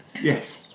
Yes